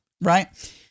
Right